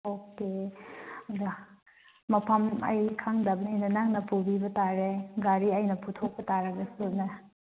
okay ꯑꯗꯣ ꯃꯐꯝ ꯑꯩ ꯈꯪꯗꯕꯅꯤꯅ ꯅꯪꯅ ꯄꯨꯕꯤꯕ ꯇꯥꯔꯦ ꯒꯥꯔꯤ ꯑꯩꯅ ꯄꯨꯊꯣꯛꯄ ꯇꯥꯔꯒꯁꯨꯅꯦ